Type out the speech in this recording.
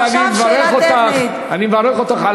עכשיו שאלה טכנית, מיכל, אני מברך אותך.